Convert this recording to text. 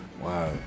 Wow